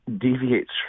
deviates